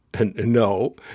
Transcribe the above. No